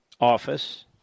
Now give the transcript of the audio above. Office